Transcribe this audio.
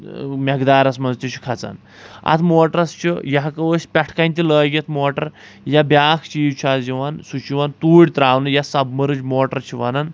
میٚقدارَس منٛز تہِ چھُ کھسان اَتھ موٹرَس چھُ یہِ ہیٚکو أسۍ پٮ۪ٹھٕ کِنۍ تہِ لٲگِتھ موٹر یا بیاکھ چیٖز چھُ آز یِوان سُہ چھُ یِوان توٗرۍ تراونہٕ یتھ سَبمٔرٕج موٹر چھِ وَنان